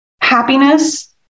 happiness